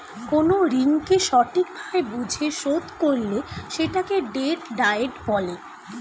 কোন ঋণকে সঠিক ভাবে বুঝে শোধ করলে সেটাকে ডেট ডায়েট বলে